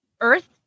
earth